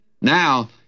Now